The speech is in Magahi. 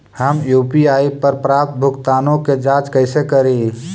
हम यु.पी.आई पर प्राप्त भुगतानों के जांच कैसे करी?